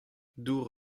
dor